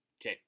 Okay